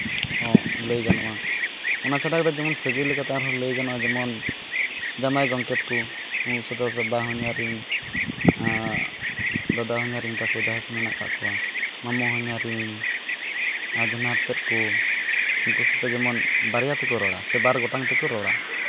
ᱦᱚᱸ ᱞᱟᱹᱭ ᱜᱟᱱᱚᱜᱼᱟ ᱚᱱᱟ ᱪᱷᱟᱰᱟ ᱠᱟᱛᱮ ᱡᱮᱢᱚᱱ ᱟᱨᱦᱚᱸ ᱥᱟᱹᱜᱟᱹᱭ ᱞᱮᱠᱟᱛᱮ ᱞᱟᱹᱭ ᱜᱟᱱᱚᱜᱼᱟ ᱡᱮᱢᱚᱱ ᱡᱟᱢᱟᱭ ᱜᱚᱝᱠᱮᱛ ᱠᱚ ᱩᱱᱠᱩ ᱥᱟᱛᱮ ᱵᱟᱦᱚᱧᱟᱨᱤᱧ ᱫᱟᱫᱟ ᱦᱚᱧᱦᱟᱨᱤᱧ ᱛᱟᱠᱚ ᱡᱟᱦᱟᱸᱭ ᱠᱚ ᱢᱮᱱᱟᱜ ᱠᱟᱜ ᱠᱚᱣᱟ ᱢᱟᱢᱚ ᱦᱚᱧᱦᱟᱨᱤᱧ ᱟᱡᱷᱱᱟᱨᱛᱮᱫ ᱠᱚ ᱩᱱᱠᱩ ᱥᱟᱣᱛᱮ ᱡᱮᱢᱚᱱ ᱵᱟᱨᱭᱟ ᱛᱮᱠᱚ ᱨᱚᱲᱟ ᱥᱮ ᱵᱟᱨ ᱜᱚᱴᱟᱝ ᱛᱮᱠᱚ ᱨᱚᱲᱟ